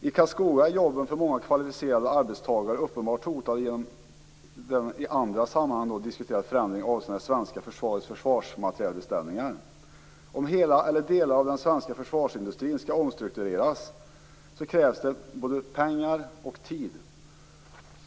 I Karlskoga är jobben för många kvalificerade arbetstagare uppenbart hotade genom den i andra sammanhang diskuterade förändringen avseende svenska försvarets försvarsmaterielbeställningar. Om hela eller delar av den svenska försvarsindustrin skall omstruktureras krävs det både pengar och tid.